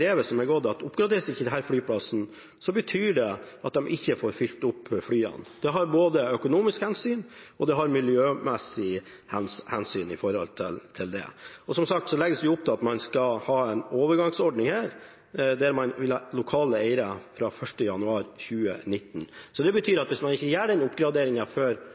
brevet som er gått ut, at oppgraderes ikke denne flyplassen, så betyr det at de ikke får fylt opp flyene. Her må man ta både økonomiske og miljømessige hensyn. Som sagt legges det opp til at man skal ha en overgangsordning her, der man vil ha lokale eiere fra 1. januar 2019, så det betyr at hvis man ikke gjør den oppgraderingen før